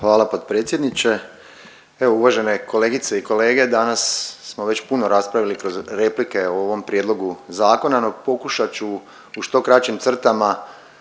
Hvala potpredsjedniče. Evo uvažene kolegice i kolege, danas smo već puno raspravili kroz replike o ovom prijedlogu zakona, no pokušat ću u što kraćim crtama